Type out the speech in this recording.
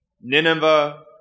Nineveh